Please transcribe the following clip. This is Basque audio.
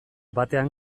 batean